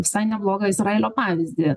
visai neblogą izraelio pavyzdį